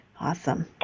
awesome